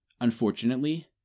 Unfortunately